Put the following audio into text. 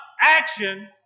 action